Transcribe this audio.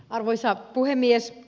arvoisa puhemies